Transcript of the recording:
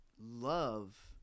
love